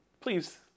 Please